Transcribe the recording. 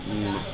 ई